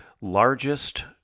largest